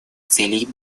целей